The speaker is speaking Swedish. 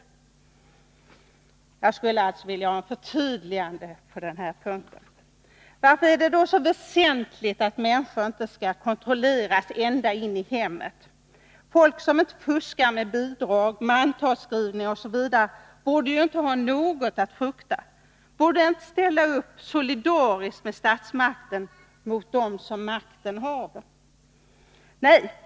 Jag skulle alltså vilja ha ett förtydligande på den här punkten. Varför är det då så väsentligt att människor inte skall kontrolleras ända in i hemmet? Folk som inte fuskar med bidrag, mantalsskrivning osv. borde ju inte ha något att frukta? Borde de inte ställa upp solidariskt med statsmakten, solidariskt med dem som makten haver? Nej!